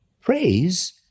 Praise